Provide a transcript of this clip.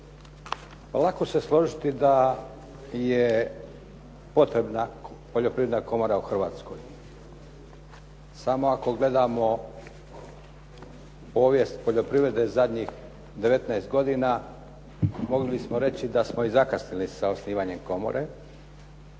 Lako se složiti da je potrebna Poljoprivredna komora u Hrvatskoj. Samo ako gledamo povijest poljoprivrede zadnjih 19 godina, mogli bismo reći da smo i zakasnili sa osnivanjem komore,